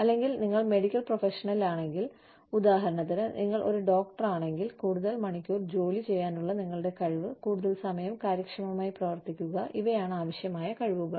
അല്ലെങ്കിൽ നിങ്ങൾ മെഡിക്കൽ പ്രൊഫഷനിൽ ആണെങ്കിൽ ഉദാഹരണത്തിന് നിങ്ങൾ ഒരു ഡോക്ടറാണെങ്കിൽ കൂടുതൽ മണിക്കൂർ ജോലി ചെയ്യാനുള്ള നിങ്ങളുടെ കഴിവ് കൂടുതൽ സമയം കാര്യക്ഷമമായി പ്രവർത്തിക്കുക ഇവയാണ് ആവശ്യമായ കഴിവുകൾ